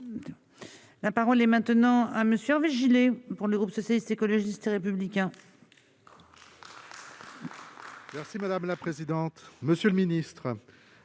La parole est maintenant à monsieur Gillet pour le groupe socialiste, écologiste et républicain.